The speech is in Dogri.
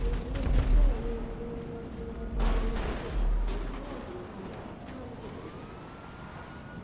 ते इ'यां समझै गी नी औंदी कुदै बाकी कताबां ब समझै दियां औंदियां इत्त ने औदियां असेंगी तां मिगी बड़ी गै प्यारी लगदी ऐ